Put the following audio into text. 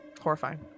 Horrifying